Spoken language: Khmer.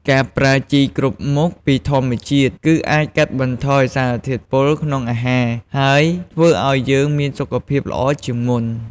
ការប្រើជីគ្រប់មុខពីធម្មជាតិ គឺអាចកាត់បន្ថយសារធាតុពុលក្នុងអាហារ ហើយធ្វើអោយយើងមានសុខភាពល្អជាងមុន។